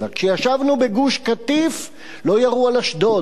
כשישבנו בגוש-קטיף לא ירו על אשדוד.